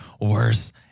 worse